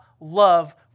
love